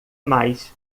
mais